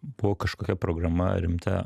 buvo kažkokia programa rimta